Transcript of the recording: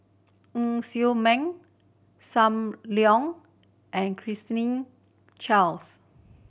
Ng Ser Miang Sam Leong and Claire's Ming Chaos